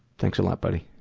thanks a lot, buddy.